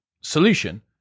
solution